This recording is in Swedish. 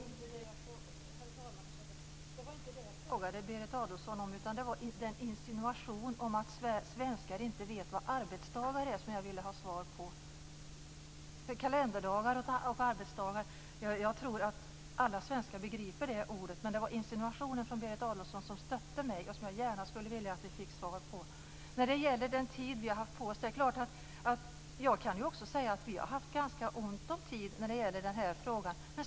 Herr talman! Det var inte det jag frågade Berit Adolfsson om, utan det var insinuationen att svenskar inte vet vad arbetsdagar är som jag ville ha svar om. Jag tror att alla svenskar begriper orden kalenderdagar och arbetsdagar. Det var insinuationen från Berit Adolfsson som stötte mig och som jag gärna skulle vilja att vi fick svar om. När det gäller den tid vi har haft på oss är det klart att jag också kan säga att vi har haft ganska ont om tid i den här frågan.